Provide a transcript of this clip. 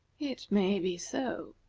it may be so,